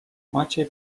maciej